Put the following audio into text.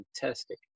fantastic